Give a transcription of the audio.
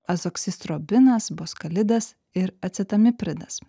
azoksistrobinas boskalidas ir acetamipridas